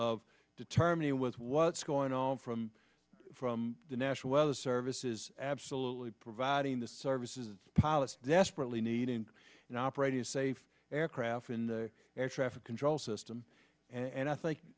of determining with what's going on from from the national weather service is absolutely providing the services pilots desperately need in an operating as safe aircraft in the air traffic control system and i think